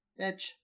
bitch